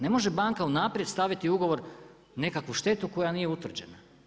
Ne može banka unaprijed staviti ugovor nekakvu štetu koja nije utvrđena.